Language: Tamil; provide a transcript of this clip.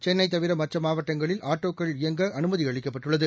சென்னைதவிரமற்றமாவட்டங்களில் ஆட்டோக்கள் இயங்கஅனுமதிஅளிக்கப்பட்டுள்ளது